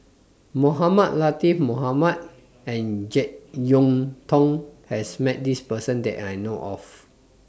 Mohamed Latiff Mohamed and Jek Yeun Thong has Met This Person that I know of